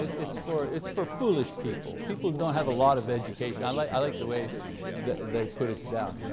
it's for it's for foolish people. people don't have a lot of education. i like i like the way that they put us down. you know